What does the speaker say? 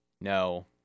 no